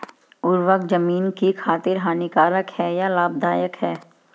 उर्वरक ज़मीन की खातिर हानिकारक है या लाभदायक है?